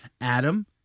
Adam